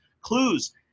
clues